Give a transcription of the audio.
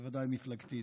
בוודאי מפלגתית.